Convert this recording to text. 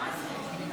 מה זה?